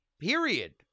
period